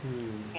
hmm